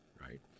right